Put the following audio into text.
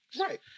Right